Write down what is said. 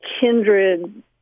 kindred